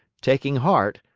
taking heart,